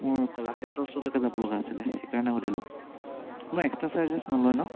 মোৰ কলাক্ষেত্ৰ ওচৰলৈকে যাব লগা আছিলে সেইকাৰণে সুধিলোঁ কোনো এক্সট্ৰা চাৰ্জেছ নলয় ন